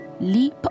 Leap